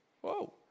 Whoa